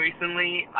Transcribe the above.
recently